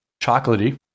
chocolatey